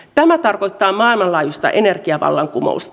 tämä tarkoittaa maailmanlaajuista energiavallankumousta